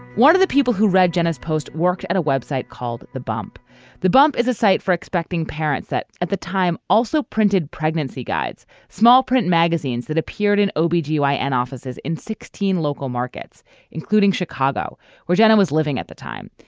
one of the people who read jenny's post worked at a web site called the bump the bump is a site for expecting parents that at the time also printed pregnancy guides small print magazines that appeared in o b. dui and offices in sixteen local markets including chicago where jenna was living at the time.